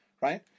right